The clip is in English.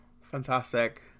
Fantastic